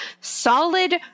solid